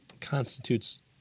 constitutes